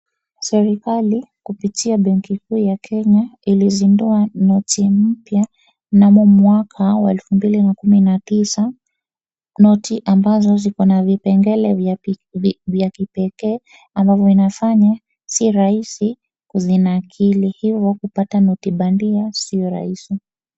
Serikali kupitoa benki kuu ya Kenya ilizindua noti mpya mnamo wa miaka wa elfu mbili na kumi na tisa noti ambazo zikona vipengele vya kipekee ambayo inafanya si rahisi zinakiri hivi kupata noti bandia sio rahisi.